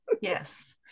yes